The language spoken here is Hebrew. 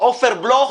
עופר בלוך